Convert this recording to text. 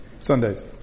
Sundays